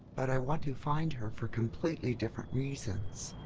but i want to find her for completely different reasons.